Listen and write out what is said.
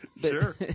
Sure